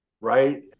right